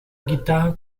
guitarra